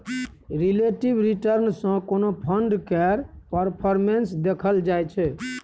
relative return सँ कोनो fund केर परफॉर्मेस देखल जाइ छै